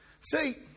See